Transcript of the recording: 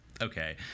okay